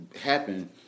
happen